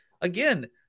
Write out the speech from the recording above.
again